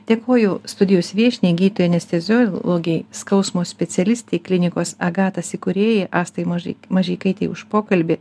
dėkoju studijos viešniai gydytojai anesteziologei skausmo specialistei klinikos agatas įkūrėjai astai možai mažeikaitei už pokalbį